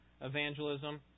evangelism